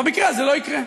תבקש סליחה וזהו.